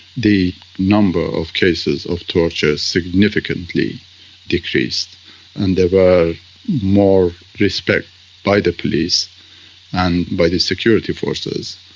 the number of cases of torture significantly decreased and there were more respect by the police and by the security forces.